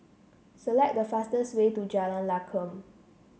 select the fastest way to Jalan Lakum